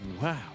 wow